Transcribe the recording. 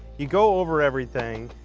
you go over everything,